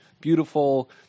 beautiful